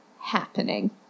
happening